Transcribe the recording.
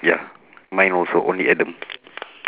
ya mine also only adam